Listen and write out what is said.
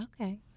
Okay